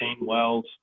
wells